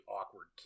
awkward